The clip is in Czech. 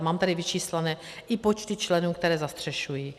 Mám tady vyčíslené i počty členů, které zastřešují.